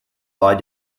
bei